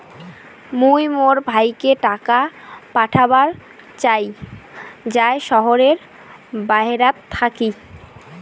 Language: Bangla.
মুই মোর ভাইকে টাকা পাঠাবার চাই য়ায় শহরের বাহেরাত থাকি